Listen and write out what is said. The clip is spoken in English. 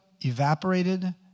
evaporated